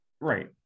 Right